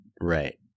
Right